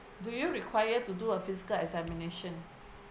do you require to do a physical examination